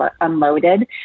unloaded